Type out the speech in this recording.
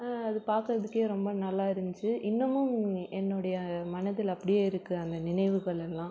அது பார்க்கறதுக்கே ரொம்ப நல்லா இருந்துச்சு இன்னமும் என்னுடைய மனதில் அப்படியே இருக்கு அந்த நினைவுகள் எல்லாம்